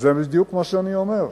זה בדיוק מה שאני אומר.